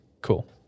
Cool